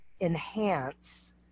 enhance